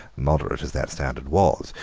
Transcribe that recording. moderate as that standard was,